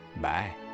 Bye